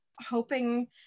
hoping